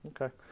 Okay